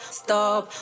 stop